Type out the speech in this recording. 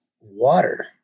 water